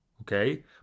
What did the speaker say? okay